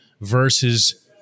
versus